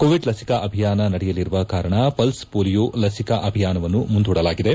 Covid ಲಸಿಕಾ ಅಭಿಯಾನ ನಡೆಯಲಿರುವ ಕಾರಣ ಪಲ್ಲಾಮೋಲಿಯಾ ಲಸಿಕಾ ಅಭಿಯಾನವನ್ನು ಮುಂದೂಡಲಾಗಿದೆ